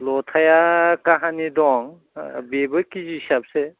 लथाया काहानि दं बेबो केजि हिसाबसो